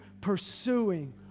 pursuing